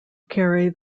carry